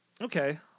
okay